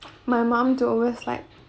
my mom to always like